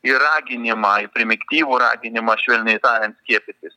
į raginimą į primigtyvų raginimą švelniai tariant skiepytis